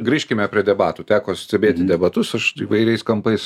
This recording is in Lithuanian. grįžkime prie debatų teko stebėti debatus aš įvairiais kampais